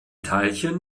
teilchen